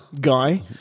guy